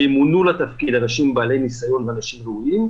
שימונו לתפקיד אנשים בעלי ניסיון ואנשים ראויים,